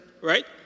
right